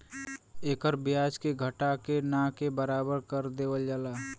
एकर ब्याज के घटा के ना के बराबर कर देवल जाला